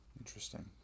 Interesting